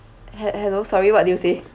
hel~ hello sorry what did you say